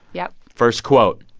yeah first quote.